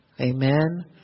amen